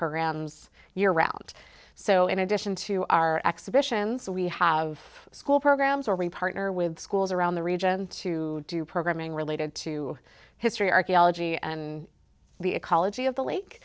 programs year round so in addition to our exhibitions we have school programs or reporter with schools around the region to do programming related to history archaeology and the ecology of the lake